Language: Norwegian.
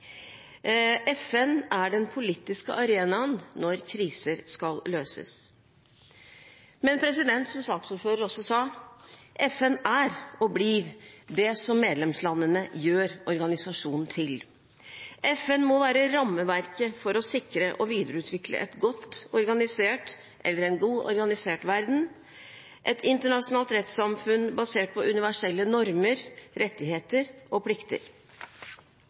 FN er den politiske arenaen når kriser skal løses. Som saksordføreren også sa: FN er og blir det som medlemslandene gjør organisasjonen til. FN må være rammeverket for å sikre og videreutvikle en godt organisert verden, et internasjonalt rettssamfunn basert på universelle normer, rettigheter og plikter.